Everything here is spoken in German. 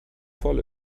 voll